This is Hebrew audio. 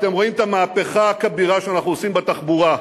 אתם רואים את המהפכה הכבירה שאנחנו עושים בתחבורה.